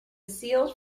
sealed